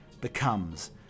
becomes